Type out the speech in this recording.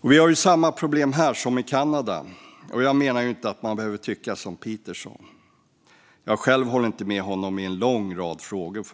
Vi har samma problem här som i Kanada. Jag menar inte att man behöver tycka som Peterson; jag håller själv inte med honom i en lång rad frågor.